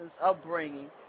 upbringing